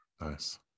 nice